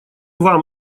вам